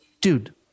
dude